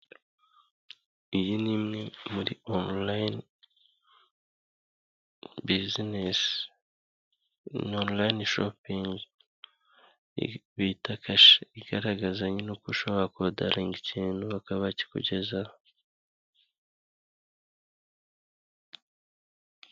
Iyi ni imwe muri onurayini bizinesi, ni onurayini shopingi bita Kasha, igaragaza nyine uko ushobora kodaringa ikintu bakaba bakikugezaho.